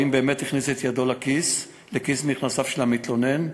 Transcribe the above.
באמת הוא הכניס את ידו לכיס מכנסיו של המתלונן,